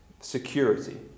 security